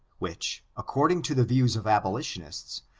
which, according to the views of abolitionists,